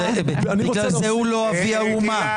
בגלל זה הוא לא אבי האומה.